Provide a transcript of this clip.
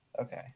okay